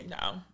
No